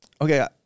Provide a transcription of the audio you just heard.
okay